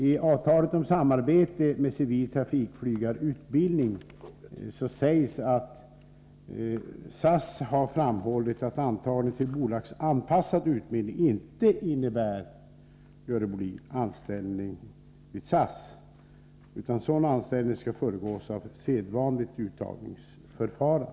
I avtalet om samarbete med civil trafikflygarutbildning sägs att SAS har framhållit att antagning till den bolagsanpassade utbildningen inte innebär, Görel Bohlin, anställning vid SAS. Sådan anställning skall föregås av sedvanligt uttagningsförfarande.